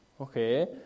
okay